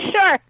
Sure